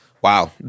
Wow